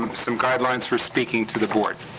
some guidelines for speaking to the board.